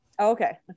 Okay